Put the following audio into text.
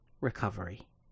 recovery